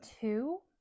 two